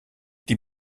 die